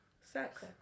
Sex